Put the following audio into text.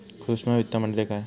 सूक्ष्म वित्त म्हणजे काय?